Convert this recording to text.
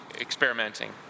experimenting